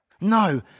No